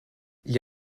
gli